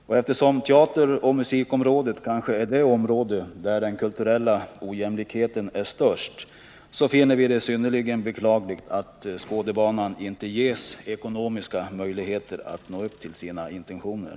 Och eftersom teateroch 61 musikområdet kanske är det område där den kulturella ojämlikheten är störst finner vi det synnerligen beklagligt att Skådebanan inte ges ekonomiska möjligheter att nå upp till sina intentioner.